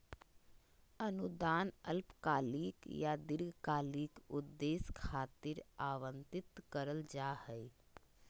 अनुदान अल्पकालिक या दीर्घकालिक उद्देश्य खातिर आवंतित करल जा हय